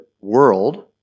world